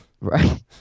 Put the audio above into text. Right